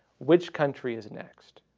which country is next?